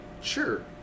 Sure